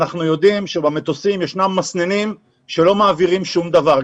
אנחנו יודעים שבמטוסים ישנם מסננים שלא מעבירים שום דבר.